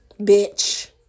Bitch